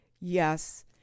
Yes